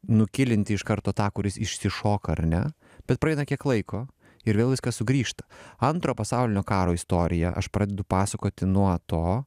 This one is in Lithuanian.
nukilinti iš karto tą kuris išsišoka ar ne bet praeina kiek laiko ir vėl viskas sugrįžta antro pasaulinio karo istoriją aš pradedu pasakoti nuo to